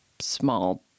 small